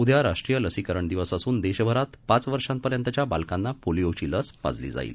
उद्या राष्ट्रीय लसीकरण दिवस असून देशभरात पाच वर्षापर्यंतच्या बालकांना पोलिओची लस पाजली जाईल